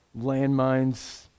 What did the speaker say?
landmines